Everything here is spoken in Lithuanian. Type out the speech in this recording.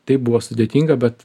tai buvo sudėtinga bet